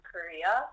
Korea